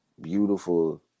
beautiful